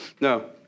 No